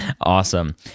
Awesome